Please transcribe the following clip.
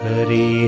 Hari